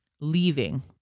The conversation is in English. leaving